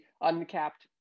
uncapped